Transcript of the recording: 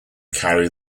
carry